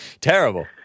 Terrible